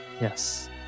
Yes